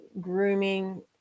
grooming